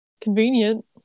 convenient